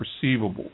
perceivable